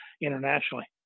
internationally